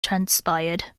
transpired